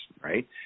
right